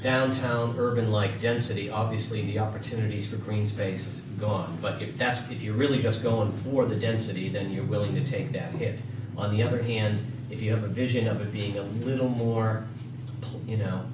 downtown urban like density obviously the opportunities for green spaces go on but if that's if you're really just going for the density then you're willing to take that hit on the other hand if you have a vision of it being a little more you know